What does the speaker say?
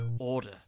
Order